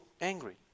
angry